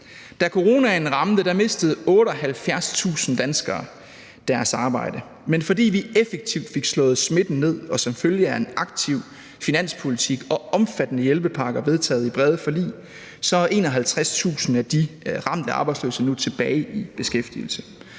Da coronaen ramte, mistede 78.000 danskere deres arbejde, men fordi vi effektivt fik slået smitten ned og som følge af en aktiv finanspolitik og omfattende hjælpepakker vedtaget med brede forlig, så er 51.000 af de ramte arbejdsløse nu tilbage i beskæftigelse.